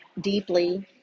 deeply